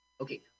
Okay